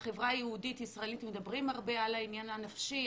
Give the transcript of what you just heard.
בחברה היהודית הישראלית מדברים הרבה על העניין הנפשי,